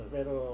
Pero